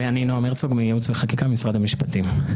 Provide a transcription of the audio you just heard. ואני נעם הרצוג מייעוץ וחקיקה, משרד המשפטים.